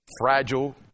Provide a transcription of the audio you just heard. fragile